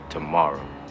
Tomorrow